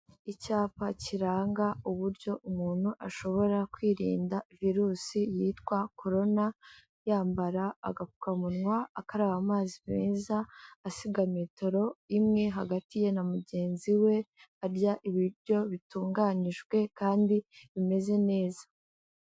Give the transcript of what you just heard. Icyapa kiranga uburyo umuntu ashobora kwirinda virusi yitwa Korona, yambara agapfukamunwa, akaraba amazi meza, asiga metero imwe hagati ye na mugenzi we, arya ibiryo bitunganyijwe kandi bimeze neza.